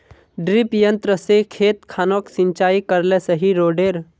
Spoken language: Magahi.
डिरिपयंऋ से खेत खानोक सिंचाई करले सही रोडेर?